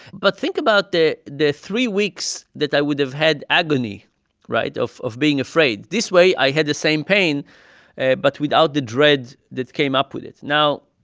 but think about the the three weeks that i would have had agony right? of of being afraid. this way, i had the same pain but without the dread that came up with it now,